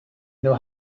know